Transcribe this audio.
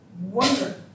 wonder